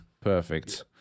Perfect